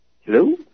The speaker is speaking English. Hello